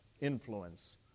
influence